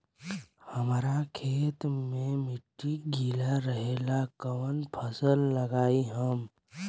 हमरा खेत के मिट्टी गीला रहेला कवन फसल लगाई हम?